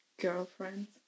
girlfriends